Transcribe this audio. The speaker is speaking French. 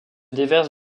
déverse